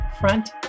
Front